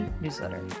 newsletter